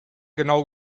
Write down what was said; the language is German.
genau